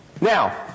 Now